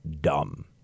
dumb